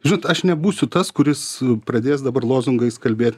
žinot aš nebūsiu tas kuris pradės dabar lozungais kalbėt